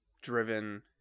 driven